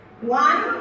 One